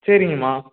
சரிங்கம்மா